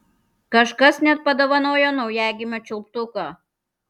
kažkas net padovanojo naujagimio čiulptuką